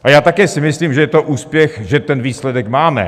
A já také si myslím, že je to úspěch, že ten výsledek máme.